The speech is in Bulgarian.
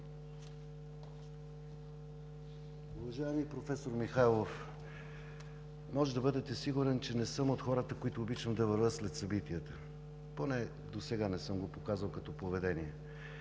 Уважаеми професор Михайлов, може да бъдете сигурен, че не съм от хората, които обичат да вървят след събитията – поне досега не съм го показал като поведение.